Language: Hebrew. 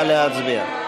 נא להצביע.